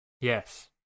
Yes